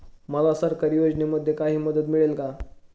मला सरकारी योजनेमध्ये काही मदत मिळेल का?